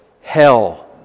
hell